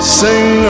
sing